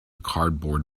cardboard